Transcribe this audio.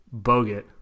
Bogut